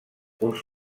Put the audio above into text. uns